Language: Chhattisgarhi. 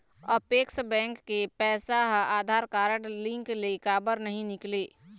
अपेक्स बैंक के पैसा हा आधार कारड लिंक ले काबर नहीं निकले?